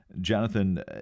Jonathan